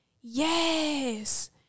Yes